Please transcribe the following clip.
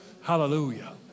Hallelujah